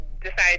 decided